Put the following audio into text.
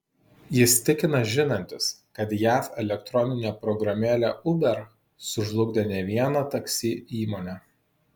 jis tikina žinantis kad jav elektroninė programėlė uber sužlugdė ne vieną taksi įmonę